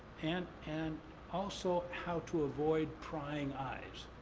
and and also how to avoid prying eyes,